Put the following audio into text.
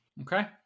Okay